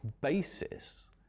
basis